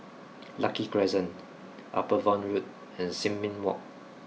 Lucky Crescent Upavon Road and Sin Ming Walk